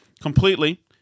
completely